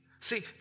See